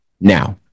now